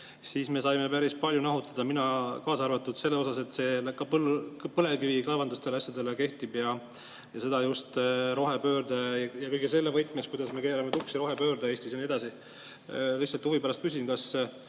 siis me saime päris palju nahutada, mina kaasa arvatud, et see ka põlevkivikaevandustele kehtib. Ja seda just rohepöörde ja kõige selle võtmes, kuidas me keerame tuksi rohepöörde Eestis, ja nii edasi. Lihtsalt huvi pärast küsin, kas